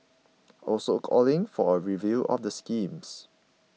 also calling for a review of the schemes